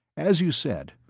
as you said,